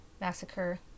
Massacre